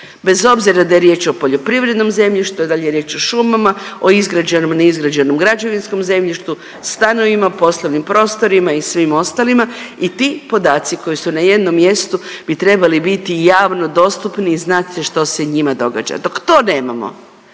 bez obzira da li je riječ o poljoprivrednom zemljištu, da li je riječ o šumama, o izgrađenom, neizgrađenom građevinskom zemljištu, stanovima, poslovnim prostorima i svim ostalima i ti podaci koji su na jednom mjestu bi trebali biti javno dostupni i znat se što se njima događa. Dok to nemamo,